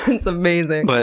it's amazing. but